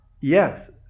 yes